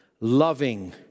loving